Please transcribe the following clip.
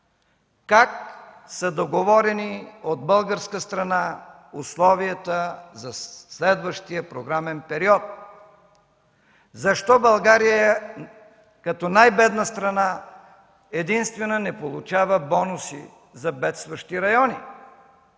как са договорени от българска страна условията за следващия програмен период? Защо България като най-бедна страна единствена не получава бонуси за бедстващи райони?